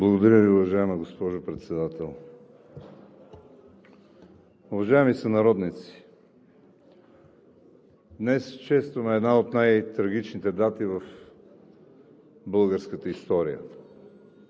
Благодаря Ви, уважаема госпожо Председател. Уважаеми сънародници! Днес честваме една от най-трагичните дати в българската история,